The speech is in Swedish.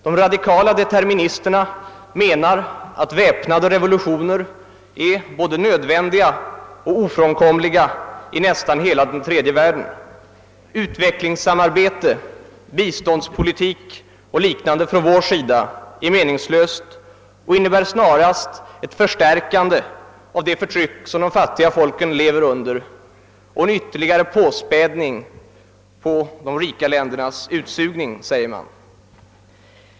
De radikala deterministerna menar att väpnade revolutioner är både nödvändiga och ofrånkomliga i nästan hela den tredje världen. — Utvecklingssamarbete, = biståndspolitik och liknande från vår sida är meningslöst och innebär snarast ett förstärkande av det förtryck som de fattiga folken lever under och en ytterligare påspädning på de rika ländernas utsugning, säger man.